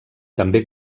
també